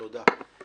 תודה.